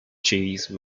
cheese